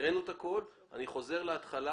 הקראנו את הכול ואני חוזר להתחלה.